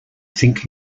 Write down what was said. think